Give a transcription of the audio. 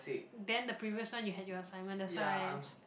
then the previous one you had your assignment that's why